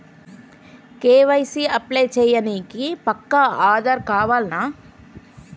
KYC apply చేయనీకి పక్కా ఆధార్ కావాల్నా?